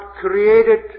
created